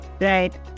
Right